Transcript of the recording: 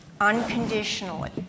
unconditionally